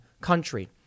country